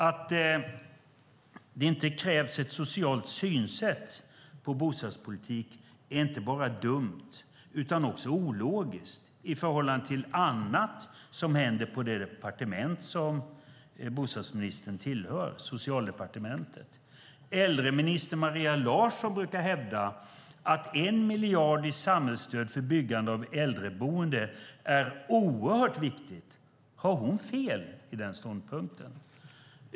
Att det inte krävs ett socialt synsätt när det gäller bostadspolitik är inte bara dumt utan också ologiskt i förhållande till annat som händer på det departement som bostadsministern tillhör, Socialdepartementet. Äldreminister Maria Larsson brukar hävda att 1 miljard i samhällsstöd för byggande av äldreboende är oerhört viktigt. Har hon fel i den ståndpunkten?